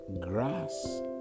grass